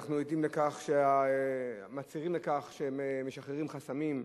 אנחנו עדים לכך, מצהירים שהם משחררים חסמים,